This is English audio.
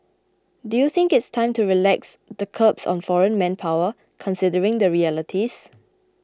do you think it's time to relax the curbs on foreign manpower considering the realities